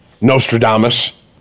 Nostradamus